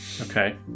okay